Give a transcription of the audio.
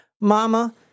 Mama